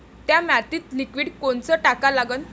थ्या मातीत लिक्विड कोनचं टाका लागन?